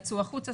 יצאו החוצה,